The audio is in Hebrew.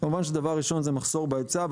ממש דבר ראשון, זה מחסור בהיצע.